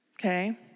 Okay